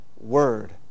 word